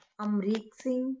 Amrik Singh